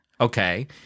Okay